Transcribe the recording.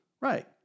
right